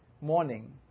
morning